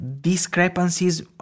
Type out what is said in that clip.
discrepancies